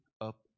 up